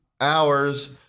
hours